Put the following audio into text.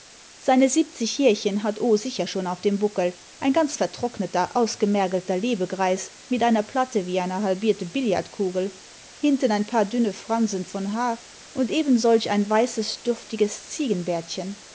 seine siebzig jährchen hat o sicher schon auf dem buckel ein ganz vertrockneter ausgemergelter lebegreis mit einer platte wie eine halbierte billardkugel hinten ein paar dünne fransen von haar und ebensolch ein weißes